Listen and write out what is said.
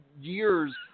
years